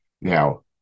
Now